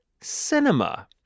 cinema